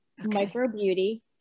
microbeauty